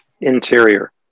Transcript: interior